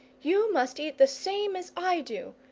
you must eat the same as i do!